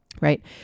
right